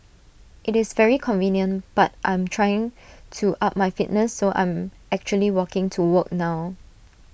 IT is very convenient but I'm trying to up my fitness so I'm actually walking to work now